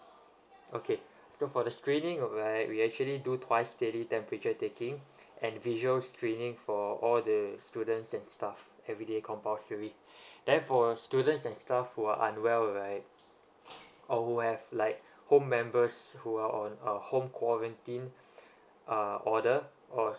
okay so for the screening right we actually do twice daily temperature taking and visual screening for all the students and staff everyday compulsory then for students and staff who are unwell right or who have like home members who are on uh home quarantine uh order or